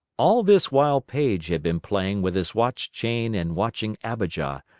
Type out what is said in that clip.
all this while paige had been playing with his watch-chain and watching abijah,